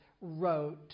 wrote